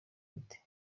bite